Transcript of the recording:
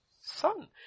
son